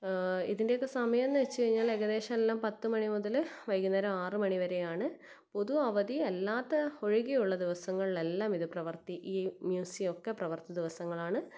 ഇതിൻ്റെക്കെ സമയം എന്ന് വെച്ച് കഴിഞ്ഞാൽ ഏകദേശം എല്ലാം പത്ത് മണി മുതൽ വൈകുന്നേരം ആറ് മണി വരെയാണ് പൊതു അവധി അല്ലാത്ത ഒഴികെയുള്ള ദിവസങ്ങളിൽ എല്ലാം ഇത് പ്രവൃത്തി ഈ മ്യൂസിയം ഒക്കെ പ്രവൃത്തി ദിവസങ്ങളാണ്